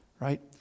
right